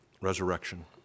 resurrection